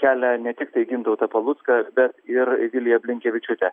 kelia ne tiktai gintautą palucką bet ir viliją blinkevičiūtę